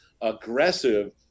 aggressive